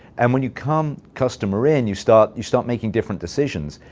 and when you come customer-in, you start you start making different decisions.